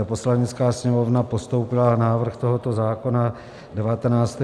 Poslanecká sněmovna postoupila návrh tohoto zákona 19.